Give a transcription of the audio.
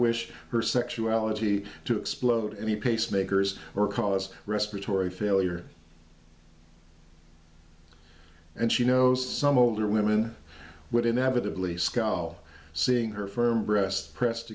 wish her sexuality to explode any pacemakers or cause respiratory failure and she knows some older women would inevitably scal seeing her firm breasts pressed